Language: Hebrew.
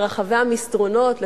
ברחבי המסדרונות,